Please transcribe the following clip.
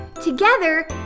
Together